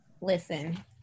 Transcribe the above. listen